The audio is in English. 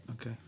okay